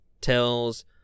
tells